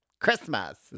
Christmas